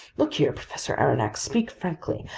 look here, professor aronnax, speak frankly.